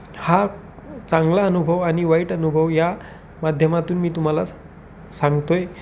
हा चांगला अनुभव आणि वाईट अनुभव या माध्यमातून मी तुम्हाला सांगतो आहे